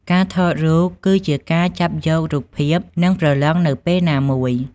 ការថតរូបគឺជាការចាប់យករូបភាពនិងព្រលឹងនៅពេលណាមួយ។